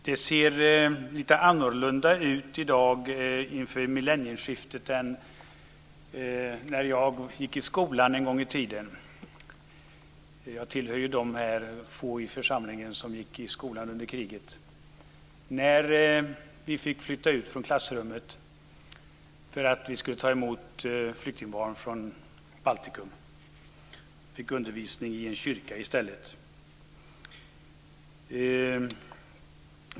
Det ser lite annorlunda ut i dag, inför millennieskiftet, än när jag gick i skolan en gång i tiden - jag tillhör ju de få i församlingen som gick i skolan under kriget - och vi fick flytta ut från klassrummet därför att vi skulle ta emot flyktingbarn från Baltikum. Vi fick undervisning i en kyrka i stället.